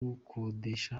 gukodesha